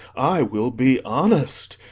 i will be honest,